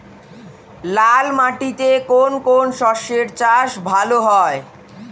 লাল মাটিতে কোন কোন শস্যের চাষ ভালো হয়?